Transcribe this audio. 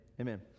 amen